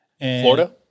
Florida